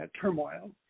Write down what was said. turmoil